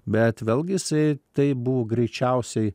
bet vėlgi jisai tai buvo greičiausiai